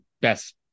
best